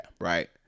right